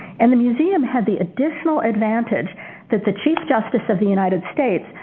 and the museum had the additional advantage that the chief justice of the united states,